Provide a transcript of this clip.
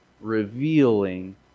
Revealing